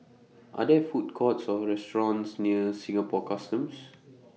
Are There Food Courts Or restaurants near Singapore Customs